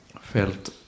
felt